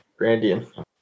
grandian